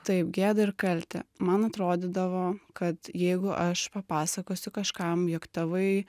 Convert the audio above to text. taip gėdą ir kaltę man atrodydavo kad jeigu aš papasakosiu kažkam jog tėvai